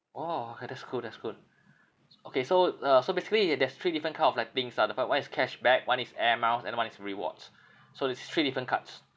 !whoa! okay that's good that's good okay so uh so basically uh there's three different kind of lappings ah the first one is cashback one is air miles and one is rewards so there's three different cards